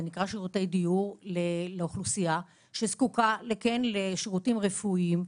זה נקרא שירותי דיור לאוכלוסייה שכן זקוקה לשירותים רפואיים,